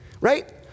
right